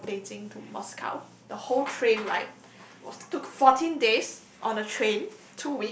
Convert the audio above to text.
from Beijing to Moscow the whole train ride was took fourteen days on the train